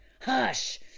Hush